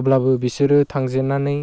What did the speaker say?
अब्लाबो बिसोरो थांजेननानै